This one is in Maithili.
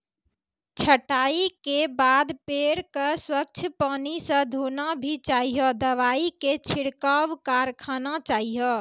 छंटाई के बाद पेड़ क स्वच्छ पानी स धोना भी चाहियो, दवाई के छिड़काव करवाना चाहियो